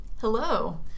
Hello